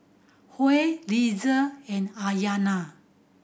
Huy Lizzie and Ayanna